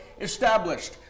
established